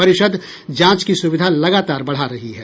परिषद जांच की सुविधा लगातार बढा रही है